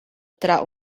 tra